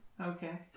Okay